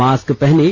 mask पहनें